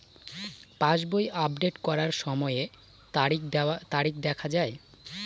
পাসবই update করার সময়ে তারিখ দেখা য়ায়?